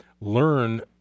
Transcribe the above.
learn